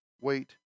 wait